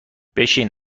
بشین